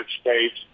States